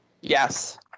yes